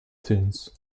things